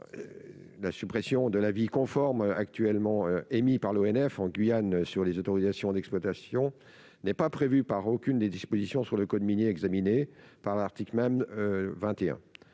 la suppression de l'avis conforme actuellement émis par l'ONF en Guyane sur les autorisations d'exploitation n'est prévue par aucune des dispositions relatives au code minier qui sont examinées dans le